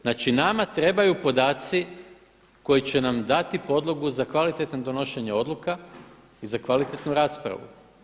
Znači nama trebaju podaci koji će nam dati podlogu za kvalitetno donošenje odluka i za kvalitetnu raspravu.